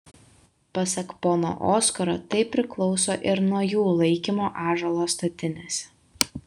pasak pono oskaro tai priklauso ir nuo jų laikymo ąžuolo statinėse